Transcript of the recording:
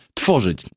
tworzyć